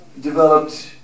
developed